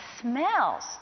smells